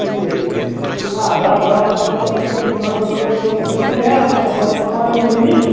ٹھیٖک ٹھیٖک نہ دَہ دَہ بہہ کۄینٹل چھِ مےٚ أکِس خاندرَس خٲطرٕ ضوٚرَتھ پَتہٕ چھُ مےٚ بیاکھ خاندر مگر سُہ آو نہٕ وٕنہِ مےٚ نِش